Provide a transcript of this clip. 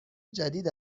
جدید